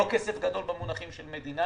זה לא כסף גדול במונחים של מדינה.